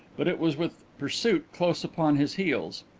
but it was with pursuit close upon his heels.